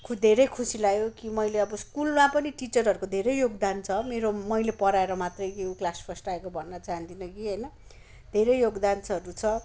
खु धेरै खुसी लाग्यो कि मैले अब स्कुलमा पनि टिचरहरूको धेरै योगदान छ मेरो मैले पढाएर मात्रै ऊ क्लास फर्स्ट आएको भन्न चहादिनँ कि होइन धेरै योगदानहरू छ